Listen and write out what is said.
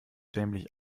dämlich